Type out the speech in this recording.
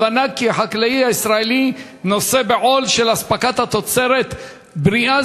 הבנה כי החקלאי הישראלי נושא בעול של אספקת תוצרת בריאה,